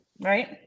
right